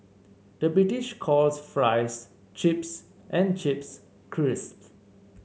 the British calls fries chips and chips crisps